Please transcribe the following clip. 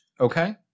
Okay